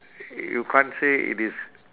y~ you can't say it is